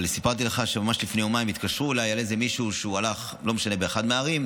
סיפרתי לך שממש לפני יומיים התקשרו אליי על איזה מישהו שהלך באחת הערים,